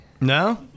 No